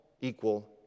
equal